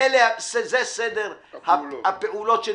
זה סדר הפעולות שנדרש,